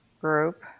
group